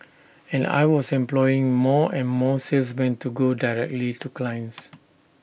and I was employing more and more salesmen to go directly to clients